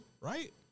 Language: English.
Right